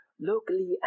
locally